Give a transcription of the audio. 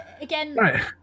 Again